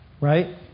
right